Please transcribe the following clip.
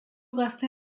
gazte